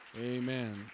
amen